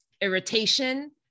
irritation